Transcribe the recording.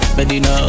Medina